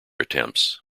attempts